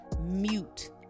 mute